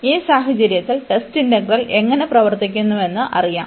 ഈ സാഹചര്യത്തിൽ test integral എങ്ങനെ പ്രവർത്തിക്കുന്നുഎന്ന് അറിയാം